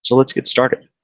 so let's get started.